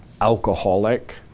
alcoholic